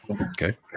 Okay